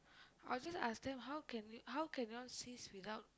I'll just ask them how can how can you all cease without